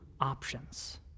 options